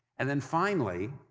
and then, finally,